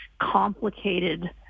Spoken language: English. complicated